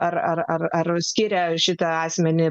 ar ar ar ar skiria šitą asmenį